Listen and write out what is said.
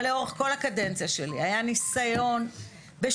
אבל לאורך כל הקדנציה שלי היה ניסיון שוב